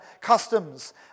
customs